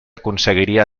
aconseguiria